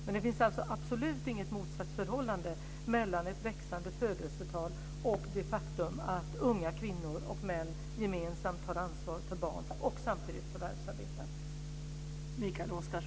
Men det finns absolut inget motsatsförhållande mellan ett växande födelsetal och det faktum att unga kvinnor och män gemensamt har ansvar för barn och samtidigt förvärvsarbetar.